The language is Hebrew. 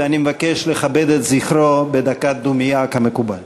ואני מבקש לכבד את זכרו בדקת דומייה כמקובל.